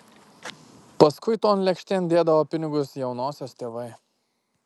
paskui ton lėkštėn dėdavo pinigų jaunosios tėvai